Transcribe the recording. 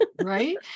right